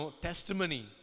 testimony